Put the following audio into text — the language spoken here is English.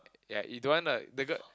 ya you don't want uh the girl